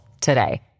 today